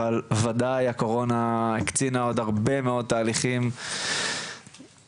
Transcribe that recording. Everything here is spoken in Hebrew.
אבל וודאי הקורונה הקצינה עוד הרבה מאוד תהליכים נפשיים,